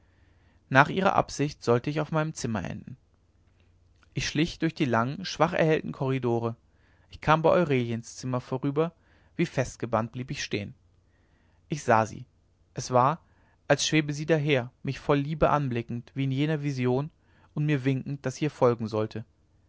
nach ihrer absicht sollte ich auf meinem zimmer enden ich schlich durch die langen schwach erhellten korridore ich kam bei aureliens zimmer vorüber wie festgebannt blieb ich stehen ich sah sie es war als schwebe sie daher mich voll liebe anblickend wie in jener vision und mir winkend daß ich ihr folgen sollte